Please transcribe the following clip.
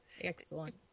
Excellent